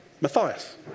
Matthias